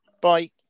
bye